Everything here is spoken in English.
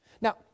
Now